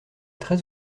très